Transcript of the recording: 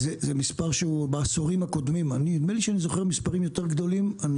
נדמה לי שאני זוכר מספרים יותר גדולים בעשורים הקודמים.